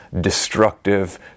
destructive